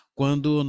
quando